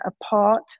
apart